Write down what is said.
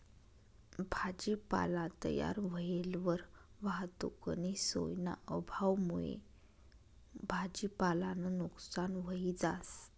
भाजीपाला तयार व्हयेलवर वाहतुकनी सोयना अभावमुये भाजीपालानं नुकसान व्हयी जास